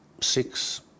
six